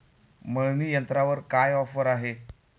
मळणी यंत्रावर काय ऑफर आहे?